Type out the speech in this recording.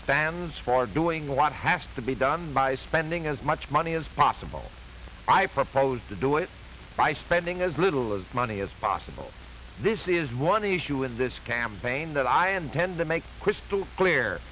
stands for doing what has to be done by spending as much money as possible i propose to do it by spending as little as money as possible this is one issue in this campaign that i intend to make crystal clear